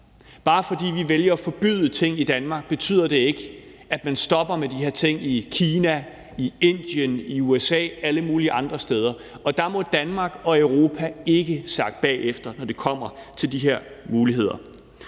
Bare fordi vi vælger at forbyde ting i Danmark, betyder det ikke, at man stopper med de her ting i Kina, i Indien, i USA og alle mulige andre steder, og der må Danmark og Europa ikke sakke bagud, når det kommer til de her muligheder.